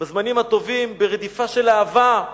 בזמנים הטובים, ברדיפה של אהבה.